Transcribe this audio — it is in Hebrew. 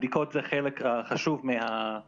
הבדיקות הן חלק חשוב מהתחלואה,